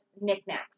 knickknacks